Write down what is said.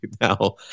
now